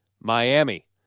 Miami